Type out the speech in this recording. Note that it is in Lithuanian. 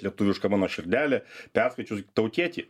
lietuviška mano širdelė perskaičius tautietį